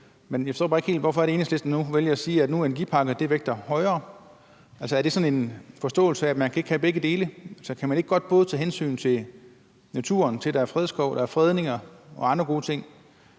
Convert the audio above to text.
men jeg forstår bare ikke helt, hvorfor det er, at Enhedslisten nu vælger at sige, at nu vægter energiparker højere. Altså, er det sådan en forståelse af, at man ikke kan have begge dele? Kan man ikke godt tage hensyn til naturen – til at der er fredskov, at der er fredninger og andre gode ting